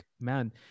man